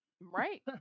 Right